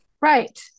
Right